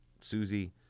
Susie